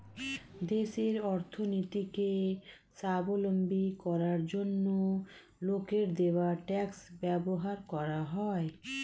দেশের অর্থনীতিকে স্বাবলম্বী করার জন্য লোকের দেওয়া ট্যাক্স ব্যবহার করা হয়